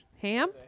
Ham